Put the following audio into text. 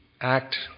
act